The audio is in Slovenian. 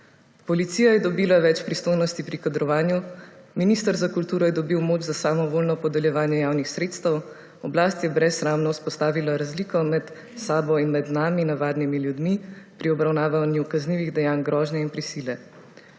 Policija je dobila več pristojnosti pri kadrovanju, minister za kulturo je dobil moč za samovoljno podeljevanje javnih sredstev, oblast je brezsramno vzpostavila razliko med sabo in nami, navadnimi ljudmi, pri obravnavanju kaznivih dejanj grožnje in prisile.